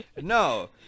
no